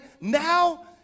now